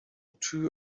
too